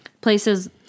Places